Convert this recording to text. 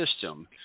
system